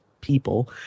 people